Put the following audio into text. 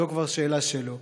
זו כבר שאלה שלו.